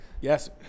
Yes